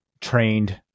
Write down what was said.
trained